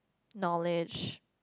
knowledge